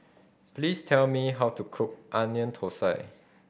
please tell me how to cook Onion Thosai